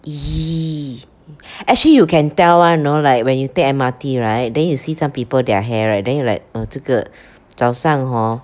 !ee! actually you can tell one know like when you take M_R_T right then you see some people their hair right then you like uh 这个早上 hor